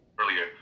earlier